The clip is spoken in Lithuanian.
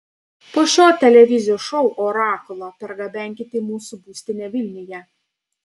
po šio televizijos šou orakulą pargabenkit į mūsų būstinę vilniuje